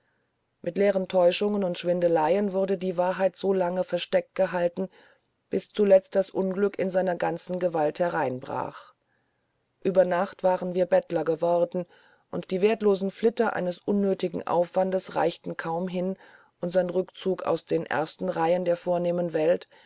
mit leeren täuschungen und schwindeleien wurde die wahrheit so lange versteckt gehalten bis zuletzt das unglück in seiner ganzen gewalt hereinbrach ueber nacht waren wir bettler geworden und die werthlosen flitter eines unnöthigen aufwandes reichten kaum hin unsern rückzug aus den ersten reihen der vornehmen welt